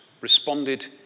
responded